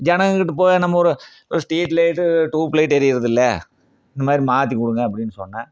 ஜனங்கள்கிட்ட போய் நம்ம ஒரு ஸ்ட்ரீட் லைட்டு டூப்லைட்டு எரியறது இல்லை இந்த மாதிரி மாற்றி கொடுங்க அப்படினு சொன்னால்